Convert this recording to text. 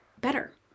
better